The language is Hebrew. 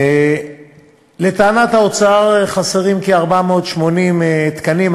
לטענת האוצר, חסרים כ-480 תקנים.